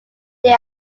they